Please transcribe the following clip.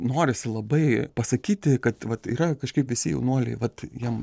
norisi labai pasakyti kad vat yra kažkaip visi jaunuoliai vat jiem